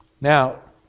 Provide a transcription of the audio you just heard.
Now